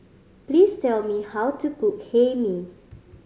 please tell me how to cook Hae Mee